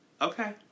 Okay